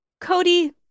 cody